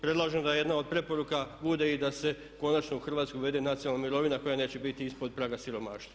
Predlažem da jedna od preporuka bude i da se konačno u Hrvatsku uvede nacionalna mirovina koja neće biti ispod praga siromaštva.